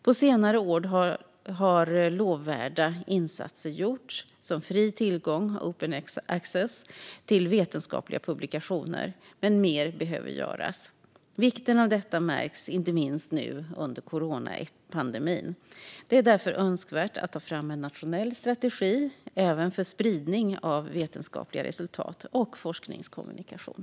På senare år har lovvärda insatser gjorts, som fri tillgång, open access, till vetenskapliga publikationer, men mer behöver göras. Vikten av detta märks inte minst nu under coronapandemin. Det är därför önskvärt att ta fram en nationell strategi även för spridning av vetenskapliga resultat och forskningskommunikation.